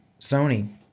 Sony